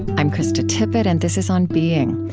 i'm krista tippett, and this is on being.